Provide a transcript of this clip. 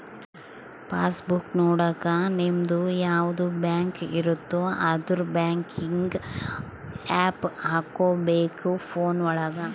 pass book ನೊಡಕ ನಿಮ್ಡು ಯಾವದ ಬ್ಯಾಂಕ್ ಇರುತ್ತ ಅದುರ್ ಬ್ಯಾಂಕಿಂಗ್ ಆಪ್ ಹಕೋಬೇಕ್ ಫೋನ್ ಒಳಗ